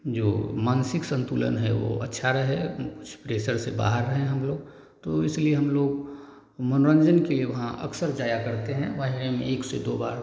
जो मानसिक सन्तुलन है वह अच्छा रहे कुछ प्रेशर से बाहर रहें हमलोग तो इसलिए हमलोग मनोरंजन के लिए वहाँ अक्सर जाया करते हैं महीने में एक से दो बार